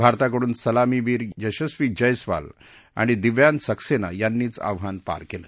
भारताकडून सलामीवीर यशस्वी जैसवाल आणि दिव्यांश सक्सेना यांनीच आव्हान पार केलं